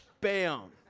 bam